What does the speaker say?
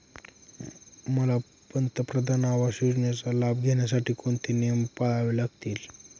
मला पंतप्रधान आवास योजनेचा लाभ घेण्यासाठी कोणते नियम पाळावे लागतील?